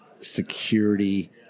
security